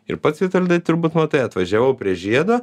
ir pats vitoldai turbūt matai atvažiavau prie žiedo